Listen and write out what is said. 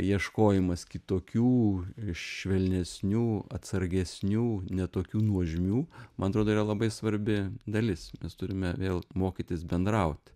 ieškojimas kitokių švelnesnių atsargesnių ne tokių nuožmių man atrodo yra labai svarbi dalis mes turime vėl mokytis bendraut